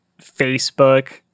Facebook